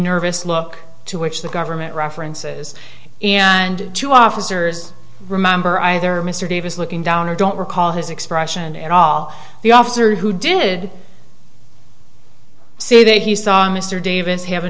nervous look to which the government references and two officers remember either mr davis looking down or don't recall his expression at all the officer who did say that he saw mr davis have a